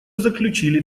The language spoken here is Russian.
заключили